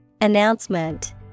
Announcement